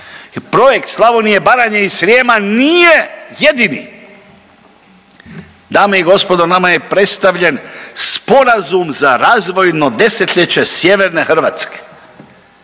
projekt Slavonije, Baranje i Srijema nije jedini. Dame i gospodo nama je predstavljen sporazum za razvojno desetljeće sjeverne Hrvatske.